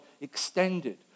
extended